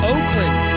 Oakland